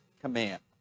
command